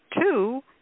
two